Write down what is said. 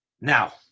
Now